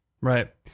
Right